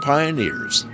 Pioneers